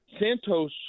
Santos